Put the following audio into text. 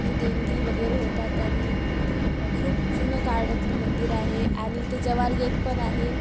देणगी वगैरे होतात आणि खूप जुनं काळातलं मंदिर आहे आणि इथे जव्हार गेट पण आहे